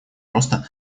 роста